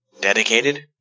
dedicated